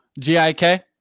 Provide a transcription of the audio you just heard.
GIK